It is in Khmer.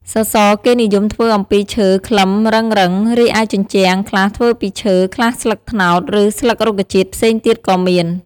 សសរគេនិយមធ្វើអំពីឈើខ្លឹមរឹងៗ រីឯជញ្ជាំងខ្លះធ្វើពីឈើ ខ្លះស្លឹកត្នោត ឬស្លឹករុក្ខជាតិផ្សេងទៀតក៏មាន។